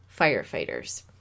firefighters